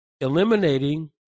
eliminating